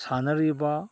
ꯁꯥꯟꯅꯔꯤꯕ